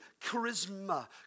charisma